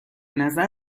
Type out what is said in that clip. نظر